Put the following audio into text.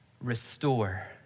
restore